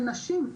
לנשים.